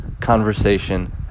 Conversation